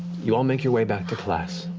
you all make your way back to class,